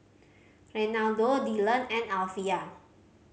Renaldo Dyllan and Alvia